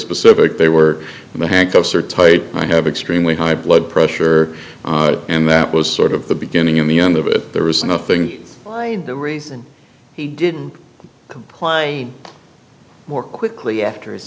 specific they were the handcuffs are tight and i have extremely high blood pressure and that was sort of the beginning in the end of it there was nothing the reason he didn't complain more quickly after his